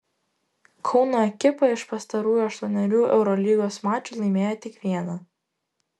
kauno ekipa iš pastarųjų aštuonerių eurolygos mačų laimėjo tik vieną